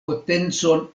potencon